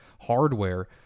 hardware